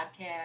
podcast